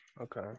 Okay